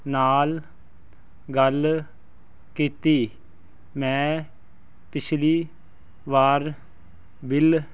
ਨਾਲ ਗੱਲ ਕੀਤੀ ਮੈਂ ਪਿਛਲੀ ਵਾਰ ਬਿੱਲ